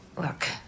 Look